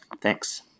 thanks